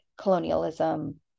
colonialism